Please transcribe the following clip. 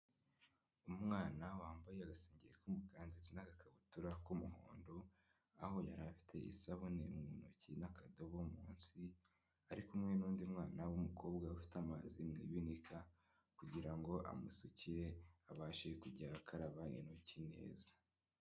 Umwana wambaye agasengeri k'umukara ndetse n'agakabutura k'umuhondo, aho yari afite isabune mu ntoki n'akadobo munsi, ari kumwe n'undi mwana w'umukobwa ufite amazi mu ibinika kugira ngo amusukire abashe kujya akaraba intoki neza.